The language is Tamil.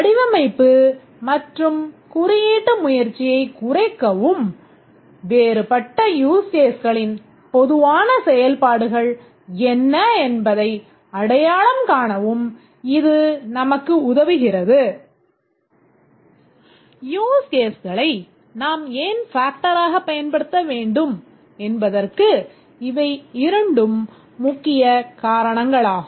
வடிவமைப்பு மற்றும் குறியீட்டு முயற்சியைக் குறைக்கவும் வேறுபட்ட யூஸ் கேஸ் களின் பொதுவான செயல்பாடுகள் என்ன என்பதை அடையாளம் காணவும் இது நமக்கு உதவுகிறது யூஸ் கேஸ்களை நாம் ஏன் factor ஆகப் பயன்படுத்த வேண்டும் என்பதற்கு இவை இரண்டும் முக்கிய காரணங்களாகும்